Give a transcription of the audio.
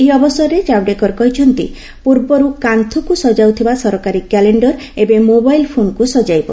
ଏହି ଅବସରରେ କାଭଡେକର କହିଛନ୍ତି ପୂର୍ବରୁ କାନ୍ଥକୁ ସଜାଉଥିବା ସରକାରୀ କ୍ୟାଲେଣ୍ଡର ଏବେ ମୋବାଇଲ୍ ଫୋନ୍କୁ ସଜାଇବ